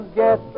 get